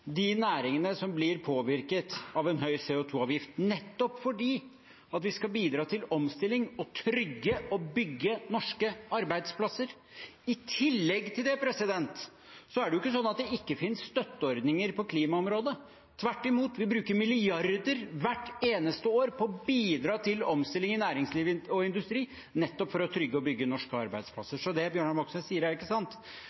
de næringene som blir påvirket av en høy CO 2 -avgift, nettopp fordi vi skal bidra til omstilling og trygge og bygge norske arbeidsplasser. Så er det ikke sånn at det ikke finnes støtteordninger på klimaområdet. Tvert imot bruker vi milliarder hvert eneste år på å bidra til omstilling i næringsliv og industri nettopp for å trygge og bygge norske